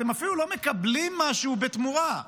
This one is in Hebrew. אתם אפילו לא מקבלים משהו בתמורה.